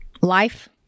life